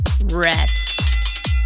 rest